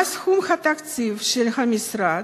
מה סכום התקציב של המשרד,